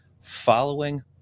following